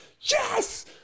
Yes